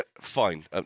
fine